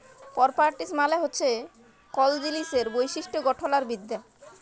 properties মালে হছে কল জিলিসের বৈশিষ্ট গঠল আর বিদ্যা